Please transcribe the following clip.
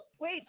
Wait